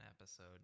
episode